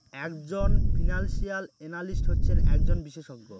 এক জন financial analyst হচ্ছেন একজন বিশেষজ্ঞ